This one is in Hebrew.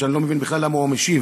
שאני לא מבין בכלל למה הוא המשיב,